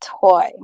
toy